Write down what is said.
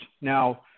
Now